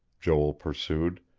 joel pursued,